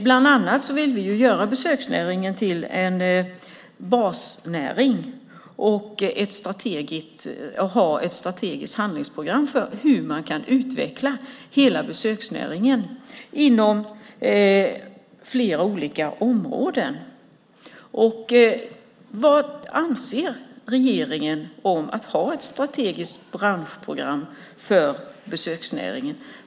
Bland annat vill vi göra besöksnäringen till en basnäring och ha ett strategiskt handlingsprogram för hur man kan utveckla hela besöksnäringen inom flera olika områden. Vad anser regeringen om att ha ett strategiskt branschprogram för besöksnäringen?